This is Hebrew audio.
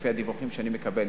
לפי הדיווחים שאני מקבל,